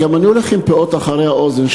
גם אני הולך עם פאות מאחורי האוזן,